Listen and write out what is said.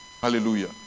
Hallelujah